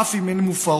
אף אם הן מופרות,